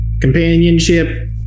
companionship